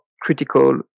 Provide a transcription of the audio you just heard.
critical